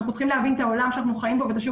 אנחנו צריכים להבין את העולם בו אנחנו חיים ואת השוק